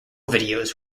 videos